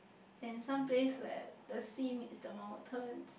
and some place where the sea meet the mountain